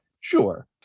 Sure